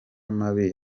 mabi